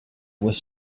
was